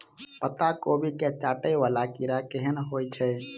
पत्ता कोबी केँ चाटय वला कीड़ा केहन होइ छै?